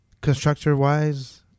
Constructor-wise